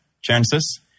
chances